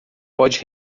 pode